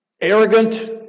arrogant